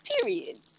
Period